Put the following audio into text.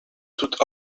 tout